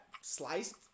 sliced